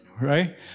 right